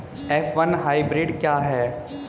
F one hybrid क्या है?